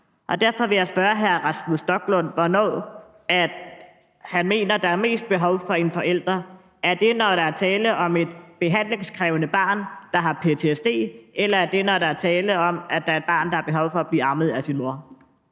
Derfor vil jeg spørge hr. Rasmus Stoklund, hvornår han mener der er mest behov for en forælder – er det, når der er tale om et behandlingskrævende barn, der har ptsd, eller er det, når der er tale om, at der er et barn, der har behov for at blive ammet af sin mor?